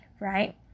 right